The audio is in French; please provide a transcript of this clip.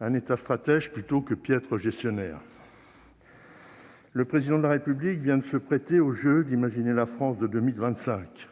un État stratège plutôt que piètre gestionnaire ... Le Président de la République vient de se prêter au jeu consistant à imaginer la France de 2025.